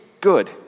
good